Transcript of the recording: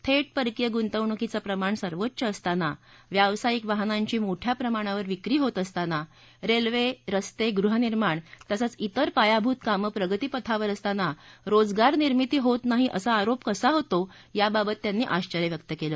थेट परकीय गुंतवणुकीचं प्रमाण सर्वोच्च असताना व्यावसायिक वाहनांची मोठ्या प्रमाणावर विक्री होत असताना रस्ते रेल्वे गृहनिर्माण तसंच ात्रेर पायाभूत कामं प्रगती पथावर असताना रोजगार निर्मिती होत नाही असा आरोप कसा होतो याबाबत त्यांनी आश्वर्य व्यक्त केलं